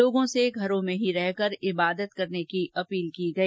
लोगों से घरों में रहकर ही इबादत करने की अपील की गई